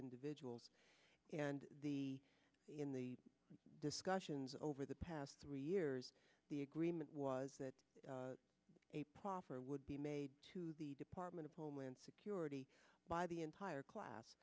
individuals and the in the discussions over the past three years the agreement was that a proper would be made to the department of homeland security by the entire